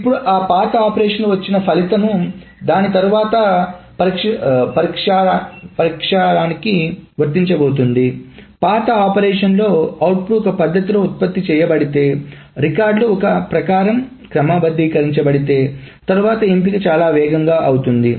ఇప్పుడు ఆ పాత ఆపరేషన్లో వచ్చిన ఫలితం దాని తరువాత పరిష్కారానికి వర్తించబోతోంది పాత ఆపరేషన్లో ఫలితం ఒక పద్ధతిలో ఉత్పత్తి చేయబడితే రికార్డులు ఒక ప్రకారం క్రమబద్ధీకరించబడితే తరువాత ఎంపిక చాలా వేగంగా అవుతుంది